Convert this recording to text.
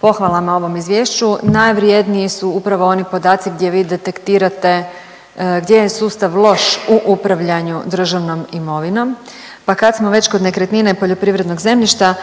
pohvalama ovom izvješću, najvrjedniji su upravo oni podaci gdje vi detektirate gdje je sustav loš u upravljanju državnom imovinom, pa kad smo već kod nekretnina i poljoprivrednog zemljišta